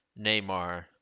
Neymar